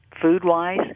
food-wise